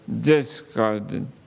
discarded